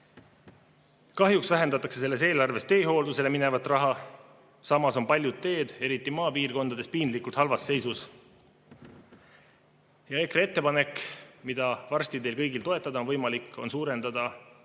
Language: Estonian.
võrra. Kahjuks vähendatakse selles eelarves teehooldusele minevat raha. Samas on paljud teed, eriti maapiirkondades, piinlikult halvas seisus. Ja EKRE ettepanek, mida varsti on võimalik teil kõigil toetada, on suurendada